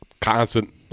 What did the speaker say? Constant